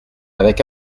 avec